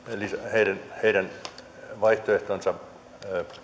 heidän heidän vaihtoehtonsa